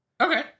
Okay